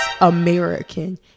American